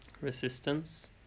resistance